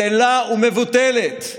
בטלה ומבוטלת.